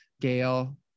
gail